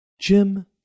Jim